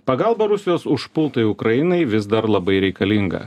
pagalba rusijos užpultai ukrainai vis dar labai reikalinga